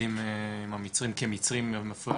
בעבר לא נתקלנו בכמויות כאלה.